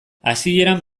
hasieran